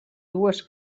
dues